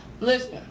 Listen